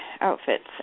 outfits